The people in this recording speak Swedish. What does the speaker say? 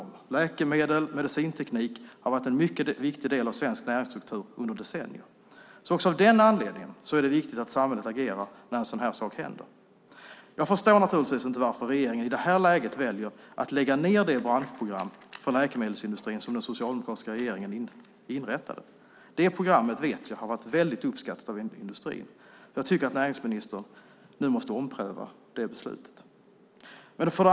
Läkemedel och medicinteknik har varit en mycket viktig del av svensk näringsstruktur under decennier. Också av den anledningen är det viktigt att samhället agerar när en sådan här sak händer. Jag förstår naturligtvis inte varför regeringen i det här läget väljer att lägga ned det branschprogram för läkemedelsindustrin som den socialdemokratiska regeringen inrättade. Det programmet vet jag har varit väldigt uppskattat av industrin. Jag tycker att näringsministern nu måste ompröva det beslutet.